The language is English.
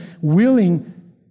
willing